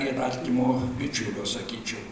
ir artimo bičiulio sakyčiau